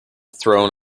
throne